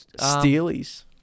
Steelies